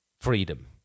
freedom